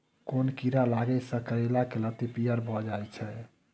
केँ कीड़ा लागै सऽ करैला केँ लत्ती पीयर भऽ जाय छै?